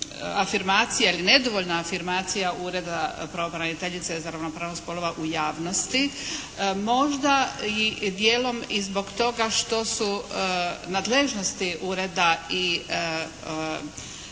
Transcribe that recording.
afirmacija ili nedovoljna afirmacija Ureda pravobraniteljice za ravnopravnost spolova u javnosti, možda i djelom i zbog toga što su nadležnosti ureda i